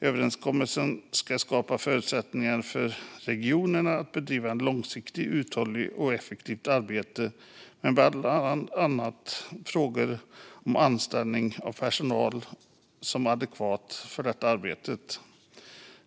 Överenskommelsen ska skapa förutsättningar för regionerna att bedriva ett långsiktigt, uthålligt och effektivt arbete bland annat i fråga om anställning av personal som är adekvat för arbetet.